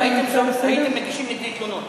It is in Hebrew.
הייתם מגישים נגדי תלונות.